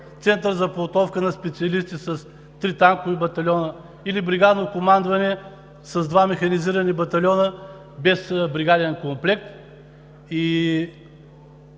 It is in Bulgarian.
Центъра за подготовка на специалисти с три танкови батальона или Бригадното командване с два механизирани батальона без бригаден комплект